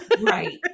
Right